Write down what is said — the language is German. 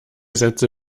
sätze